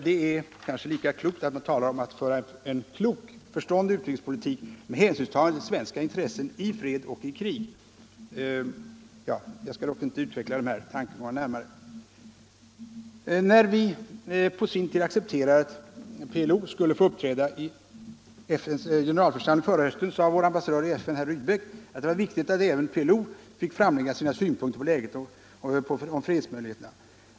Det är kanske lika bra att tala om att föra en klok och förståndig utrikespolitik med hänsynstagande till svenska intressen i fred och krig. Jag skall dock inte i dag utveckla den tankegången närmare. När regeringen på sin tid accepterade att PLO skulle få uppträda i FN:s generalförsamling förra hösten sade vår ambassadör i FN herr Rydbeck att det var viktigt att även PLO fick framlägga sina synpunkter på läget och fredsmöjligheterna.